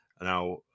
Now